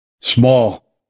small